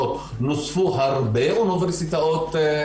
אנחנו צריכים אוניברסיטת מחקר לכל דבר,